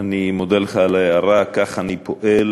אני מודה לך על ההערה, כך אני פועל.